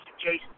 Jason